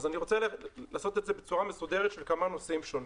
אני רוצה לעשות את זה בצורה מסודרת של כמה נושאים שונים.